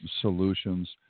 solutions